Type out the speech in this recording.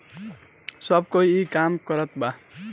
सब कोई ई काम करत बा